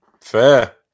Fair